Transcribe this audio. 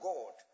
God